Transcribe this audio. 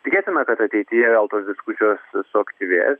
tikėtina kad ateityje vėl tos diskusijos suaktyvės